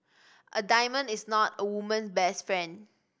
a diamond is not a woman's best friend